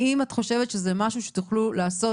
האם את חושבת שזה משהו שתוכלו לעשות?